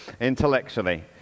intellectually